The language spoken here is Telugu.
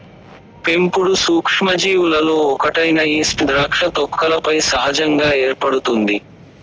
పెంపుడు సూక్ష్మజీవులలో ఒకటైన ఈస్ట్ ద్రాక్ష తొక్కలపై సహజంగా ఏర్పడుతుంది